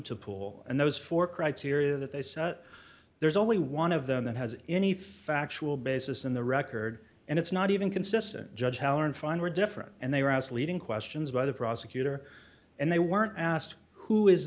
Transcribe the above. to pool and those for criteria that they said there's only one of them that has any factual basis in the record and it's not even consistent judge halloran fine were different and they were asked leading questions by the prosecutor and they weren't asked who is